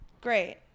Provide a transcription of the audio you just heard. Great